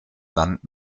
land